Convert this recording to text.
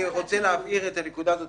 אבל אני רוצה להבהיר את הנקודה הזאת.